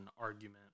argument